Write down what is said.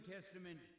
Testament